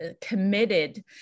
committed